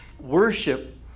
Worship